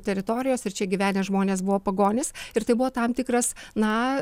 teritorijos ir čia gyvenę žmonės buvo pagonys ir tai buvo tam tikras na